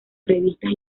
revistas